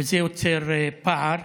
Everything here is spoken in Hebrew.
וזה יוצר פער.